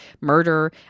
murder